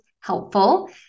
helpful